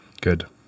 Good